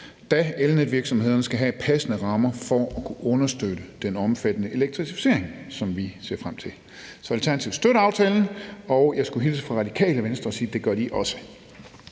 da elnetvirksomhederne skal have passende rammer for at kunne understøtte den omfattende elektrificering, som vi ser frem til. Så Alternativet støtter aftalen. Og jeg skulle hilse fra Radikale Venstre og sige, at det gør de også.